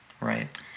Right